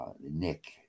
Nick